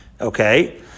Okay